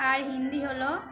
আর হিন্দি হলো